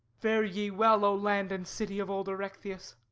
fare ye well, o land and city of old erechtheus!